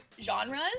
genres